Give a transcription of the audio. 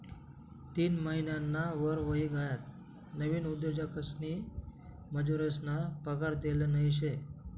तीन महिनाना वर व्हयी गयात नवीन उद्योजकसनी मजुरेसना पगार देल नयी शे